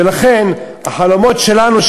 ולכן החלומות שלנו,